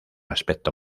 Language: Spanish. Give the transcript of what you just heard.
aspecto